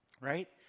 Right